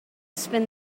spend